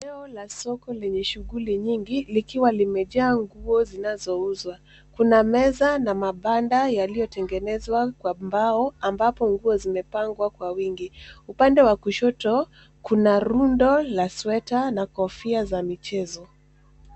Eneo la soko lenye shughuli nyingi, likiwa limejaa nguo zinazouzwa. Kuna meza na mabanda yaliyotengenezwa kwa mbao ambapo nguo zimepangwa kwa wingi. Upande wa kushoto kuna rundo la sweta na kofia za michezo.